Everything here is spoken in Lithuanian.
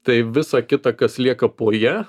tai visa kita kas lieka po ja